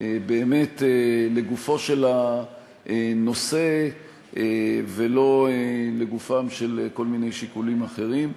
באמת לגופו של הנושא ולא לגופם של כל מיני שיקולים אחרים.